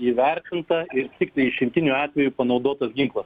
įvertinta ir tiktai išimtiniu atveju panaudotas ginklas